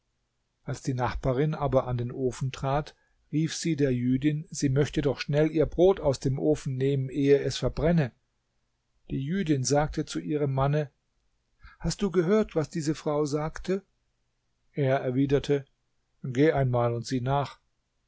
als die nachbarin aber an den ofen trat rief sie der jüdin sie möchte doch schnell ihr brot aus dem ofen nehmen ehe es verbrenne die jüdin sagte zu ihrem manne hast du gehört was diese frau sagte er erwiderte geh einmal und sieh nach